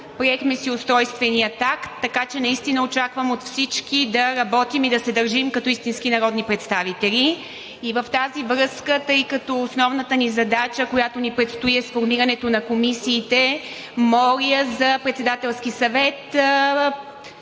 Приехме си устройствения акт, така че очаквам от всички да работим и да се държим като истински народни представители. И в тази връзка, тъй като основната ни задача, която предстои, е сформирането на комисиите, моля за Председателски съвет